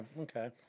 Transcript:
Okay